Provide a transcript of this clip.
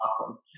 Awesome